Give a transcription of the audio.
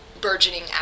burgeoning